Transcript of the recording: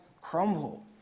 crumble